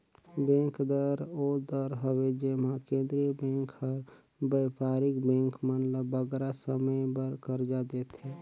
bank दर ओ दर हवे जेम्हां केंद्रीय बेंक हर बयपारिक बेंक मन ल बगरा समे बर करजा देथे